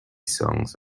songs